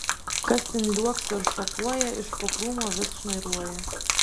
kas ten liuoksi ir šokuoja iš po krūmo vis šnairuoja